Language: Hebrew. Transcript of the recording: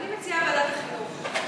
אני מציעה ועדת החינוך.